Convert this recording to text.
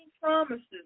promises